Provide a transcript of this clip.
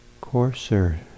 coarser